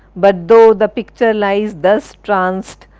but though the picture lies thus tranced,